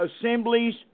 assemblies